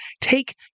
take